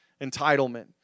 entitlement